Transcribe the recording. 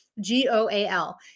G-O-A-L